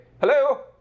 Hello